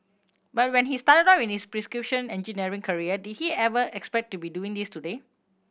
but when he started out in his precision engineering career did he ever expect to be doing this today